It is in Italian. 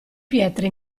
pietre